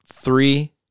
Three